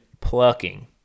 plucking